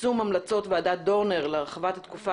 יישום המלצות ועדת דורנר להרחבת התקופה